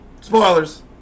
Spoilers